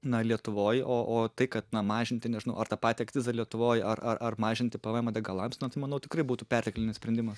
na lietuvoj o o tai kad na mažinti nežinau ar tą patį akcizą lietuvoj ar ar ar mažinti pv emą degalams na tai manau tikrai būtų perteklinis sprendimas